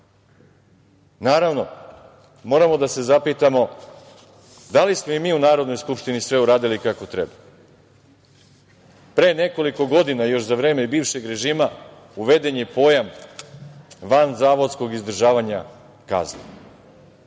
zakonom. Naravno, moramo da se zapitamo da li smo i mi u Narodnoj skupštini sve uradili kako treba. Pre nekoliko godina, još za vreme bivšeg režima, uveden je pojam vanzavodskog izdržavanja kazni.